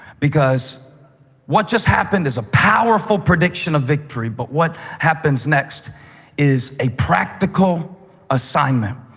because what just happened is a powerful prediction of victory, but what happens next is a practical assignment.